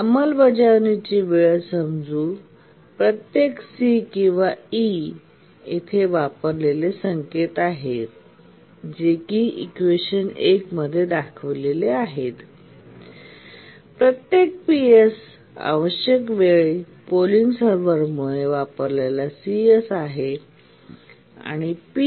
अंमलबजावणीची वेळ समजू प्रत्येक c किंवा e किंवा येथे वापरलेले संकेत प्रत्येक PS आवश्यक वेळ पोलिंग सर्व्हरमुळे वापर cs आहे p